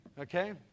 Okay